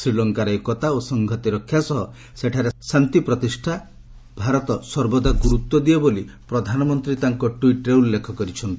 ଶ୍ରୀଲଙ୍କାର ଏକତା ଓ ସଂହତି ରକ୍ଷା ସହ ସେଠାରେ ଶାନ୍ତି ପ୍ରତିଷ୍ଠା ଭାରତ ସର୍ବଦା ଗୁରୁତ୍ୱ ଦିଏ ବୋଲି ପ୍ରଧାନମନ୍ତ୍ରୀ ତାଙ୍କ ଟ୍ୱିଟ୍ରେ ଉଲ୍ଲେଖ କରିଛନ୍ତି